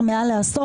כבר מעל עשור.